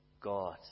God